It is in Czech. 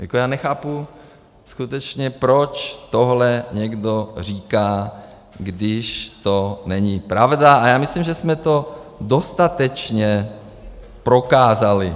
Jako já nechápu skutečně, proč tohle někdo říká, když to není pravda, a já myslím, že jsme to dostatečně prokázali.